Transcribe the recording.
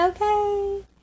okay